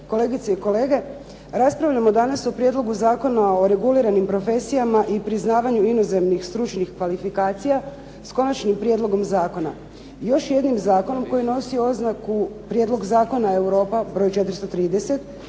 kolegice i kolege. Raspravljamo danas o prijedlogu Zakona o reguliranim profesijama i priznavanju inozemnih stručnih kvalifikacija s konačnim prijedlogom zakona. Još jednim zakonom koji nosi oznaku prijedlog Zakona Europa br. 430,